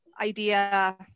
idea